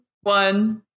one